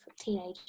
teenagers